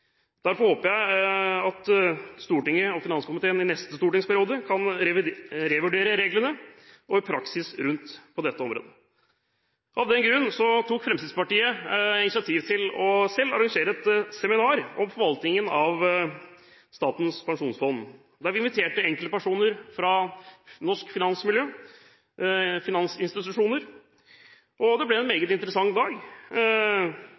Derfor håper jeg at Stortinget og finanskomiteen i neste stortingsperiode kan revurdere reglene og praksis på dette området. Av den grunn tok Fremskrittspartiet selv initiativ til å arrangere et seminar om forvaltningen av Statens pensjonsfond der vi inviterte enkeltpersoner fra norsk finansmiljø og finansinstitusjoner. Det ble en